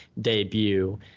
debut